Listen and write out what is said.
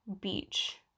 beach